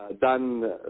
done